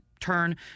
Turn